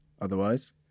otherwise